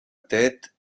tête